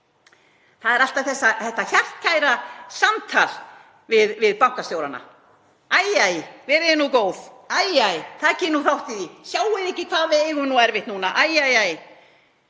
það er alltaf þetta hjartkæra samtal við bankastjórana: Æ, æ, verið þið nú góð, æ, æ, takið nú þátt í því. Sjáið þið ekki hvað við eigum erfitt núna, æ, æ, æ?